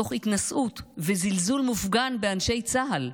תוך התנשאות וזלזול מופגן באנשי צה"ל.